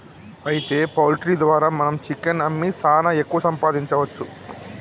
అయితే పౌల్ట్రీ ద్వారా మనం చికెన్ అమ్మి సాన ఎక్కువ సంపాదించవచ్చు